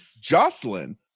Jocelyn